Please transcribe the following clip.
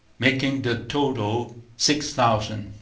making the total six thousand,